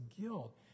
guilt